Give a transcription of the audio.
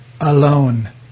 alone